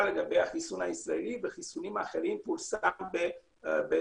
לגבי החיסון הישראלי וחיסונים אחרים פורסם בעיתונות,